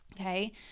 okay